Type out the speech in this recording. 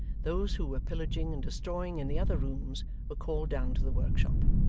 those who were pillaging and destroying in the other rooms were called down to the workshop.